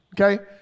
okay